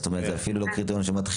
זאת אומרת שזה אפילו לא קריטריון שמתחיל.